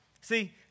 See